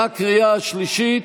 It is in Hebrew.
בקריאה השלישית.